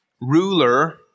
ruler